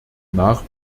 nach